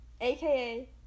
aka